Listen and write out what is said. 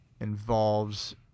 involves